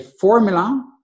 formula